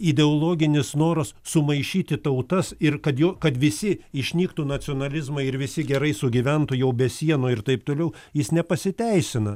ideologinis noras sumaišyti tautas ir kad jo kad visi išnyktų nacionalizmai ir visi gerai sugyventų jau be sienų ir taip toliau jis nepasiteisina